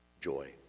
joy